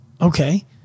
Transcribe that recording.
Okay